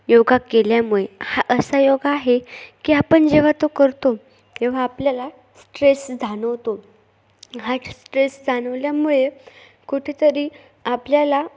योगा केल्यामुळे हा असा योगा आहे की आपण जेव्हा तो करतो तेव्हा आपल्याला स्ट्रेस जाणवतो हा स्ट्रेस जाणवल्यामुळे कुठेतरी आपल्याला